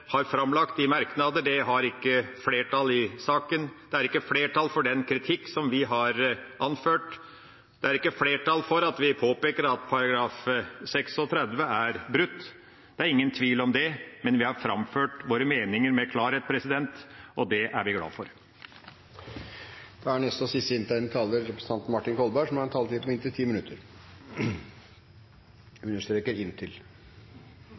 har framlagt i merknader, ikke har flertall i saken. Det er ikke flertall for den kritikk vi har anført. Det er ikke flertall for at vi påpeker at § 36 er brutt. Det er ingen tvil om det, men vi har framført våre meninger med klarhet, og det er vi glad for. Det er selvfølgelig en viss mulighet for at kontrollkomiteen blir upopulær i hele Stortinget når vi holder på